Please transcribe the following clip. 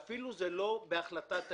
שזה אפילו לא בהחלטת העירייה.